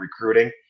recruiting